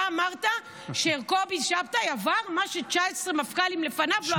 אתה אמרת שקובי שבתאי עבר מה ש-19 מפכ"לים לפניו לא עברו.